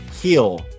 heal